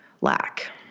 lack